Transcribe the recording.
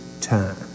time